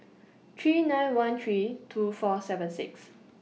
three nine one three two four seven six